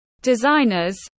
Designers